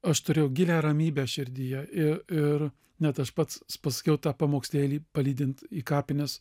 aš turėjau gilią ramybę širdyje ir ir net aš pats pasakiau tą pamokslėlį palydint į kapines